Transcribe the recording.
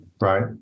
Right